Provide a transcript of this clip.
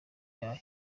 yayo